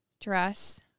dress